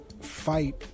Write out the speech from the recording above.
fight